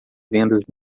vendas